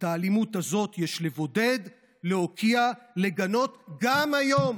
את האלימות הזאת יש לבודד, להוקיע ולגנות גם היום